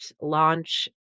launch